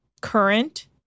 current